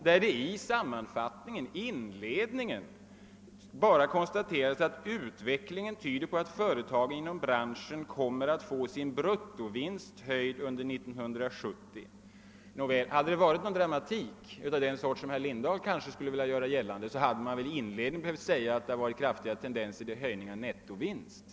Där konstaterar man i den inledande sammanfattningen att utvecklingen tyder på att företagen inom branschen kommer att få sin bruttovinst höjd under 1970. Om det här hade funnits någon dramatik av det slag som herr Lindahl kanske vill göra gällande att det finns, då hade man väl i inledningen i stället sagt att det har varit kraftiga tendenser till en höjning av nettovinsterna.